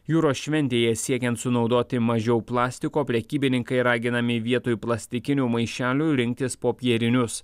jūros šventėje siekiant sunaudoti mažiau plastiko prekybininkai raginami vietoj plastikinių maišelių rinktis popierinius